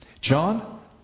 John